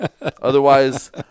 Otherwise